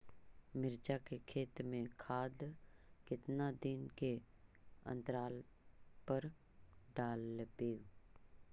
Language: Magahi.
मिरचा के खेत मे खाद कितना दीन के अनतराल पर डालेबु?